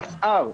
המפע"ר,